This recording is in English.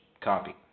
copy